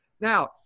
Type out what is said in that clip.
Now